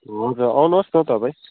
हुन्छ आउनुहोस् न तपाईँ